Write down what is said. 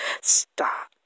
stop